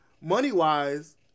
money-wise